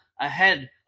ahead